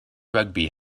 rugby